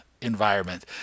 environment